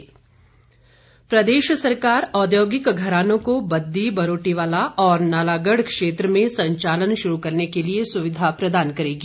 जयराम प्रदेश सरकार औद्योगिक घरानों को बद्दी बरोटीवाला और नालागढ़ क्षेत्र में संचालन शुरू करने के लिए सुविधा प्रदान करेगी